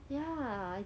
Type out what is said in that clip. it's damn sad ah